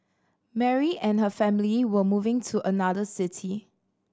Mary and her family were moving to another city